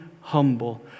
humble